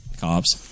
cops